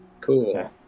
Cool